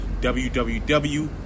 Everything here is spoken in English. www